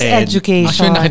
education